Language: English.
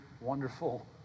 wonderful